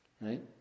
right